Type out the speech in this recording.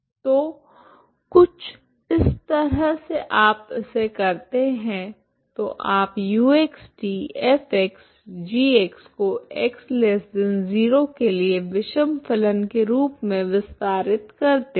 तो कुछ इस तरह से आप इसे करते हैं तो आप uxtfg को x0 के लिए विषम फलन के रूप में विस्तारित करे है